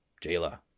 Jayla